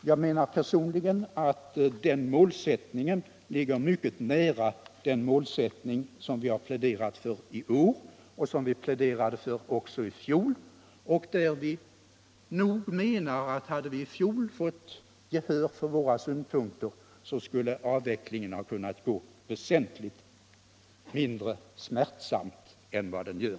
Jag menar personligen att den målsättningen ligger mycket nära den målsättning som vi moderater pläderar för i år och som vi pläderade för också i fjol. Hade vi i fjol fått gehör för våra synpunkter skulle avvecklingen ha kunnat gå väsentligt mindre smärtsamt än den nu gör.